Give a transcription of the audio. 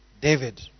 David